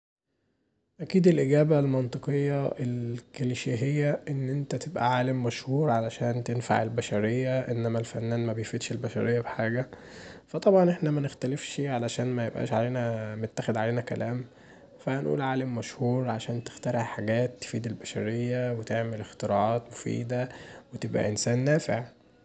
أكيد الإجابه المنطقيه الكليشيهية ان انت تبقي عالم مشهور عشان تنفع البشرية انما الفنان مبيفيدش البشرية بحاجه فطبعا احنا منختلفشي عشان عشان ميبقاش علينا متاخد علينا كلام فهنقول عالم مشهور عشان تخترع حاجات تفيد البشريه وتعمل اختراعات مفيده وتبقي انسان نافع.